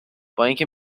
بااینکه